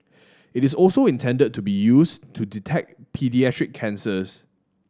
it is also intended to be used to detect paediatric cancers